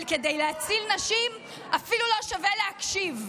אבל כדי להציל נשים, אפילו לא שווה להקשיב.